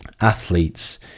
athletes